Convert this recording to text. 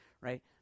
right